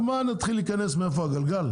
אתה רוצה שנתחיל עכשיו לבדוק מאיפה הגלגל?